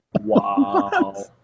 Wow